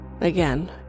again